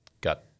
got